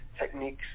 techniques